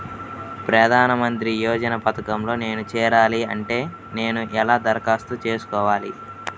ప్రధాన మంత్రి యోజన పథకంలో నేను చేరాలి అంటే నేను ఎలా దరఖాస్తు చేసుకోవాలి?